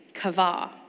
kavah